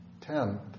Tenth